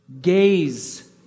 Gaze